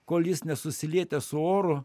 kol jis nesusilietęs su oru